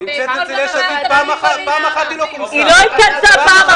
פעם אחת היא לא כונסה.